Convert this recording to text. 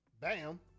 bam